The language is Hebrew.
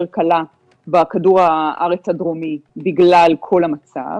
קלה בכדור הארץ הדרומי בגלל כל המצב,